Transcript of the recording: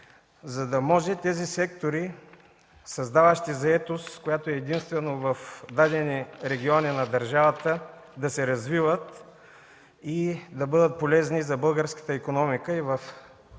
за да може тези сектори, създаващи заетост, която е единствено в дадени региони на държавата, да се развиват и да бъдат полезни за българската икономика. В